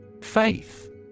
Faith